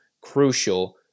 crucial